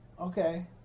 Okay